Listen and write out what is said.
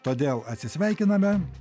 todėl atsisveikiname